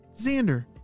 Xander